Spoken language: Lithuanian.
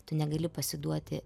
tu negali pasiduoti